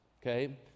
Okay